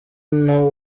n’u